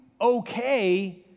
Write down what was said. okay